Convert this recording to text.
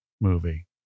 movie